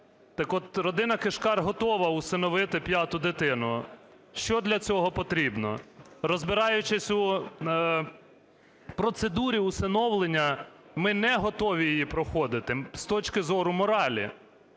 родина Кишкар готова усиновити п'яту дитину. Що для цього потрібно? Розбираючись у процедурі усиновлення, ми не готові її проходити з точки зору моралі.